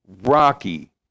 rocky